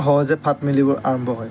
সহজে ফাট মেলিব আৰম্ভ হয়